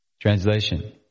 Translation